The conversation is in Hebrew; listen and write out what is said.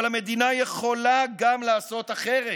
אבל המדינה יכולה גם לעשות אחרת,